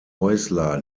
häusler